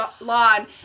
lawn